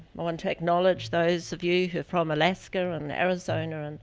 i want to acknowledge those of you who are from alaska and arizona, and